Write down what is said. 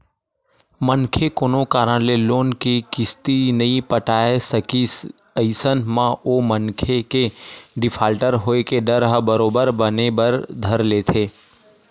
मनखे कोनो कारन ले लोन के किस्ती नइ पटाय सकिस अइसन म ओ मनखे के डिफाल्टर होय के डर ह बरोबर बने बर धर लेथे